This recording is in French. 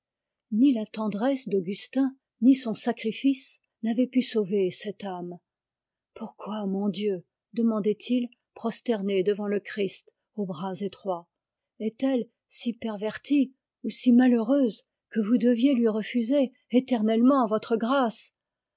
ni la tendresse d'augustin ni son sacrifice n'avaient pu sauver cette âme pourquoi mon dieu demandait-il prosterné devant le christ aux bras étroits est-elle si pervertie ou si malheureuse que vous deviez lui refuser éternellement votre grâce